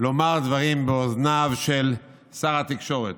לומר דברים באוזניו של שר התקשורת.